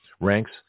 ranks